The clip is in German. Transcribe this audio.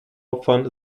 opfern